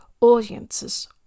audiences